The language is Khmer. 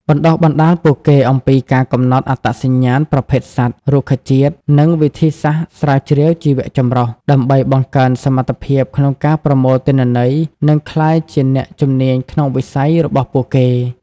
បណ្តុះបណ្តាលពួកគេអំពីការកំណត់អត្តសញ្ញាណប្រភេទសត្វ រុក្ខជាតិ និងវិធីសាស្រ្តស្រាវជ្រាវជីវៈចម្រុះ ដើម្បីបង្កើនសមត្ថភាពក្នុងការប្រមូលទិន្នន័យ និងក្លាយជាអ្នកជំនាញក្នុងវិស័យរបស់ពួកគេ។